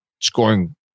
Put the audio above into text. scoring